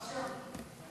רוטציה?